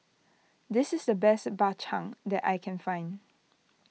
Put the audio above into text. this is the best Bak Chang that I can find